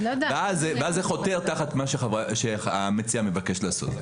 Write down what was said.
אז זה חותר תחת מה שהמציע מבקש לעשות.